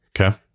Okay